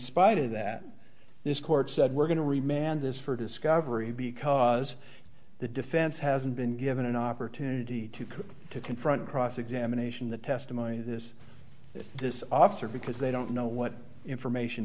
spite of that this court said we're going to remain and this for discovery because the defense hasn't been given an opportunity to come to confront cross examination the testimony of this this officer because they don't know what information